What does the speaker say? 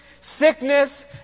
sickness